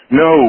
no